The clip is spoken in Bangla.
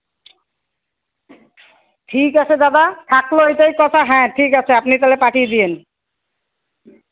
ঠিক আছে দাদা থাকলো এইটাই কথা হ্যাঁ ঠিক আছে আপনি তালে পাঠিয়ে দিন